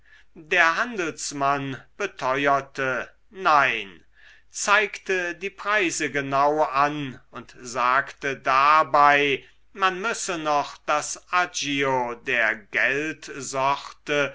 der handelsmann beteuerte nein zeigte die preise genau an und sagte dabei man müsse noch das agio der geldsorte